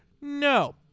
No